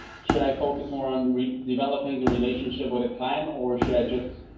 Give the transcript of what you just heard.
should i focus more on developing the relationship with a client or should i just,